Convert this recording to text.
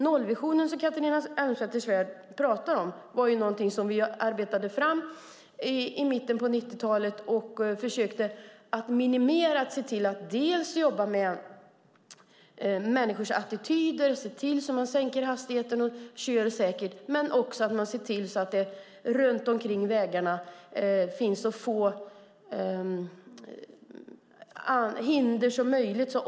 Nollvisionen, som Catharina Elmsäter-Svärd talade om, arbetade vi fram i mitten av 90-talet. Vi försökte minimera olyckorna genom att jobba med människors attityder, att sänka hastigheterna och köra säkrare. Vi försökte också se till att det vid vägarna fanns så få hinder som möjligt.